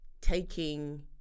taking